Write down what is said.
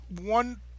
one